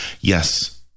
yes